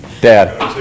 Dad